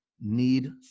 need